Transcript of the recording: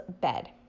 bed